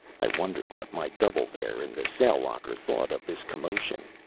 i wondered what my double there in the sail locker thought of this commotion.